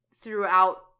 throughout